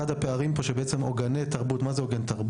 אחד הפערים הוא עוגני תרבות,